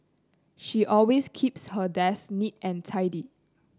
she always keeps her desk neat and tidy